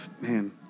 man